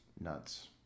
nuts